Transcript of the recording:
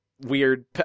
Weird